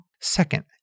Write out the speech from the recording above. Second